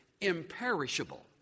imperishable